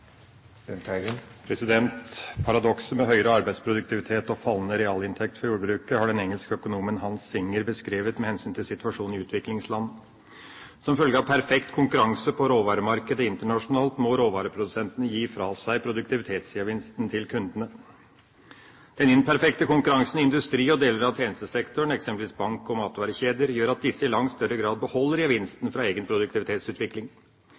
med høyere arbeidsproduktivitet og fallende realinntekt for jordbruket har den engelske økonomen Hans Singer beskrevet med hensyn til situasjonen i utviklingsland. Som følge av perfekt konkurranse på råvaremarkedet internasjonalt må råvareprodusentene gi fra seg produktivitetsgevinsten til kundene. Den imperfekte konkurransen i industri og deler av tjenestesektoren, eksempelvis bank og matvarekjeder, gjør at disse i langt større grad beholder gevinsten fra egen produktivitetsutvikling.